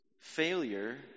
failure